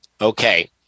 Okay